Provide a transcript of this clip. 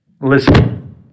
Listen